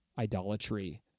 idolatry